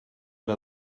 era